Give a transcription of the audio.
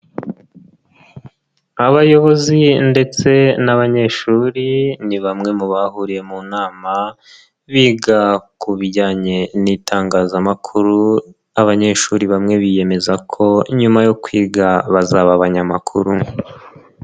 Abayobozi ndetse n'abanyeshuri, ni bamwe mu bahuriye mu nama, biga ku bijyanye n'itangazamakuru, abanyeshuri bamwe biyemeza ko nyuma yo kwiga bazaba abanyamakuru.